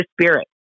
Spirit